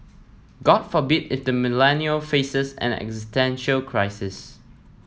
god forbid if the Millennial faces an existential crisis